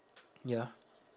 ya